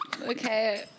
Okay